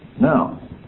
Now